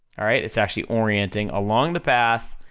alright, it's actually orienting along the path,